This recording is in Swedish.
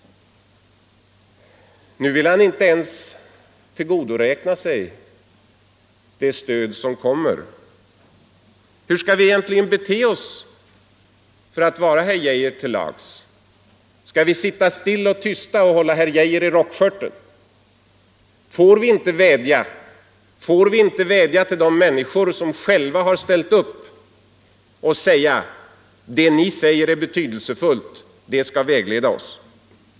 Nu vill han inte ens tillgodoräkna sig det stöd som kommer. Hur skall vi egentligen bete oss för att vara herr Arne Geijer till lags? Skall vi sitta stilla och tysta och hålla herr Geijer i rockskörten? Får vi inte vädja till de människor som själva har ställt upp och säga: ”Det ni säger är betydelsefullt, det skall vägleda oss”?